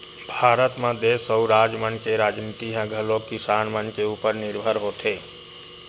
भारत म देस अउ राज मन के राजनीति ह घलोक किसान मन के उपर निरभर होथे